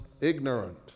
ignorant